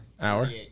Hour